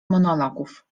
monologów